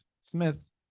Smith